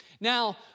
Now